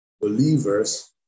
believers